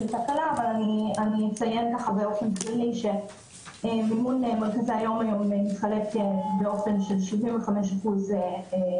אציין באופן כללי שמימון מרכזי היום מתחלק באופן של 75% משרד